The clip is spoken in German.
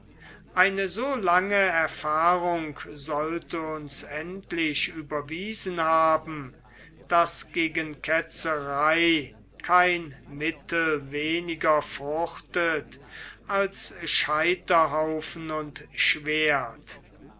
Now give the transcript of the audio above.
eine so lange erfahrung sollte uns endlich überwiesen haben daß gegen ketzerei kein mittel weniger fruchtet als scheiterhaufen und schwert